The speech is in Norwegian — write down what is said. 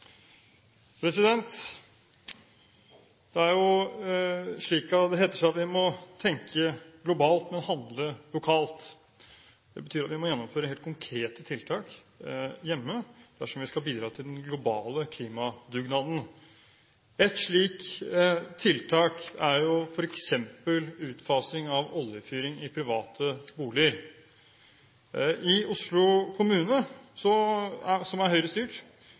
Det heter seg at vi må tenke globalt, men handle lokalt. Det betyr at vi må gjennomføre helt konkrete tiltak hjemme dersom vi skal bidra til den globale klimadugnaden. Et slikt tiltak er f.eks. utfasing av oljefyring i private boliger. I Oslo kommune, som er Høyre-styrt, har man en meget god støtteordning for utfasing av oljefyr som